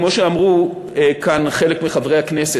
כמו שאמרו כאן חלק מחברי הכנסת,